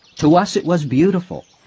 to us it was beautiful.